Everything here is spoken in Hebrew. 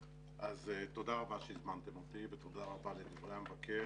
תודה רבה שהזמנתם אותי ותודה רבה לדברי המבקר.